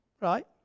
Right